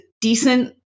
decent